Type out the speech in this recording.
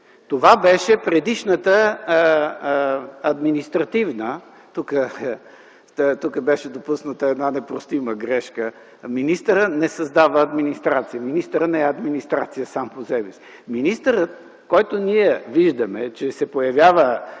Това беше предишната административна – тук беше допусната една непростима грешка – министърът не създава администрация, министърът не е администрация сам по себе си. Министърът, който виждаме да се появява